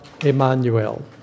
Emmanuel